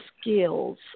skills